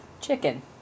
chicken